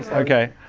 okay,